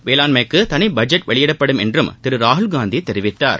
வேளாண்மைக்கு தனி பட்ஜெட் வெளியிடப்படும் என்றும் திரு ராகுல்காந்தி தெரிவித்தார்